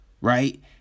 right